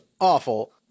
awful